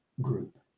group